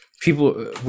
people